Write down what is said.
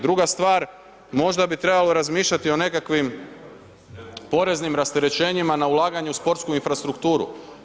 Druga stvar, možda bi trebalo razmišljati o nekakvim poreznim rasterećenjima na ulaganju u sportsku infrastrukturu.